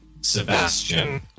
Sebastian